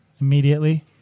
immediately